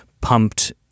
pumped